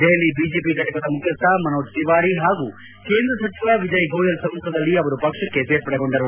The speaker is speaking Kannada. ದೆಹಲಿ ಬಿಜೆಪಿ ಘಟಕದ ಮುಖ್ಯಸ್ವ ಮನೋಜ್ ತಿವಾರಿ ಹಾಗೂ ಕೇಂದ್ರ ಸಚಿವ ವಿಜಯ್ ಗೋಯಲ್ ಸಮ್ಮುಖದಲ್ಲಿ ಅವರು ಪಕ್ಷಕ್ಕೆ ಸೇರ್ಪಡೆಗೊಂಡರು